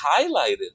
highlighted